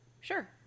Sure